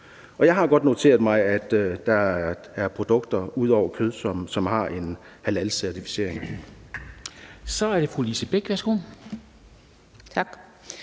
jeg har godt noteret mig, at der er produkter ud over kød, som har en halalcertificering. Kl. 10:43 Formanden (Henrik